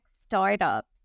startups